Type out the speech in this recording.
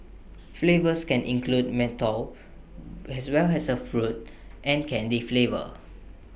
flavours can include menthol as well as A fruit and candy flavours